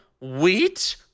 wheat